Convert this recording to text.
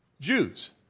Jews